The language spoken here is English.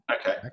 Okay